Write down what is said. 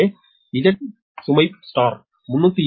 எனவே Z சுமை 307